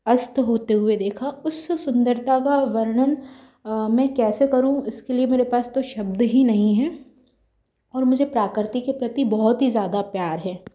अस्त होते हुए देखा उस सुंदरता का वर्णन मैं कैसे करूँ इसके लिए मेरे पास तो शब्द ही नही हैं और मुझे प्रकृति के प्रति बहुत ही ज़्यादा प्यार है